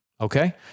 Okay